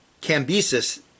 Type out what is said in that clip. Cambyses